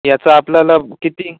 याचं आपल्याला किती